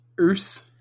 Urs